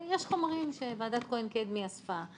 יש חומרים שוועדת כהן-קדמי אספה,